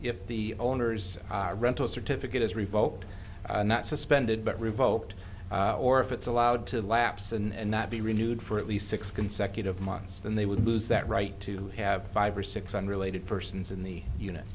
if the owners rental certificate is revoked not suspended but revoked or if it's allowed to lapse and not be renewed for at least six consecutive months then they would lose that right to have five or six unrelated persons in the unit